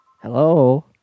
Hello